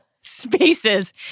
spaces